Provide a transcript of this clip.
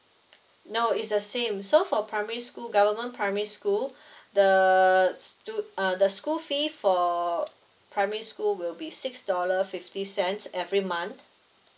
no is the same so for primary school government primary school the to uh the school fee for primary school will be six dollar fifty cents every month